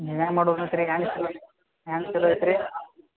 ನೀವು ಹ್ಯಾಂಗ ಮಾಡೋದು ಹ್ಯಾಂಗ ಸರಿ ಹೋಯ್ತು ರೀ